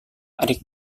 adik